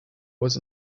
was